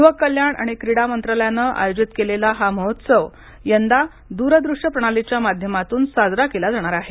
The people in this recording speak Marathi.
यूवक कल्याण आणि क्रीडा मंत्रालयानं आयोजित केलेला हा महोत्सव यंदा दूर दृश्य प्रणालीच्या माध्यमातून साजरा केला जाणार आहे